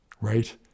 right